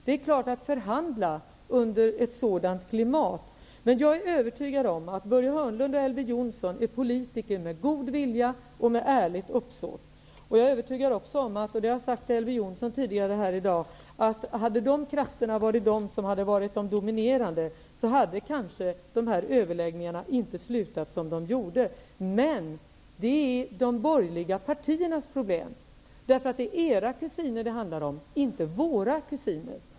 Det är klart att det inte var lätt att förhandla i ett sådant klimat. Jag är övertygad om att Börje Hörnlund och Elver Jonsson är politiker med god vilja och med ärligt uppsåt. Om de krafterna hade varit de dominerande kanske överläggningarna inte hade slutat som de gjorde. Men det är de borgerliga partiernas problem, därför att det är era kusiner det handlar om, inte våra.